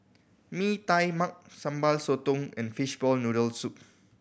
Mee Tai Mak Sambal Sotong and fishball noodle soup